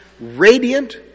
radiant